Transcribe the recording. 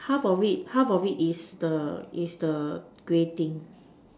half of it half of it is the is the grey thing